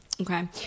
Okay